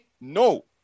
no